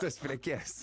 tas prekes